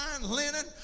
linen